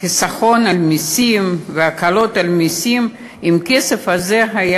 חיסכון במסים והקלות על מסים אם הכסף כזה היה